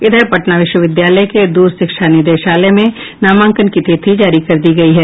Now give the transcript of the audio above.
इधर पटना विश्वविद्यालय के दूर शिक्षा निदेशालय में नामांकन की तिथि जारी कर दी गई है